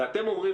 ואתם אומרים,